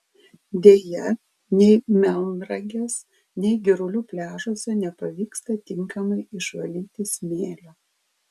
deja nei melnragės nei girulių pliažuose nepavyksta tinkamai išvalyti smėlio